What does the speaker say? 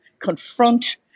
confront